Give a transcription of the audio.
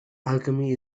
alchemy